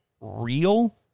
real